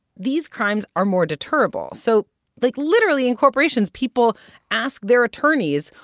these crimes are more deterrable. so like literally incorporations, people ask their attorneys,